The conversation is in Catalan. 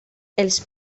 els